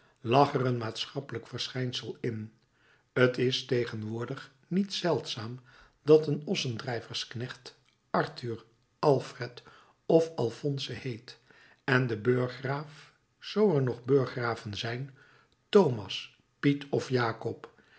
er een maatschappelijk verschijnsel in t is tegenwoordig niet zeldzaam dat een ossendrijversknecht arthur alfred of alphonse heet en de burggraaf zoo er nog burggraven zijn thomas piet of jakob